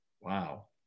wow